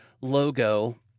logo